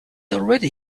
already